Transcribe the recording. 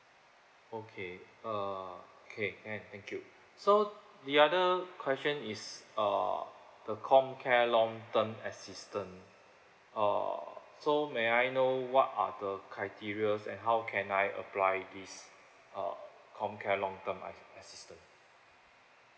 okay uh okay can thank you so the other question is uh the comcare long term assistance uh so may I know what are the criterias and how can I apply this uh comcare long term as~ assistance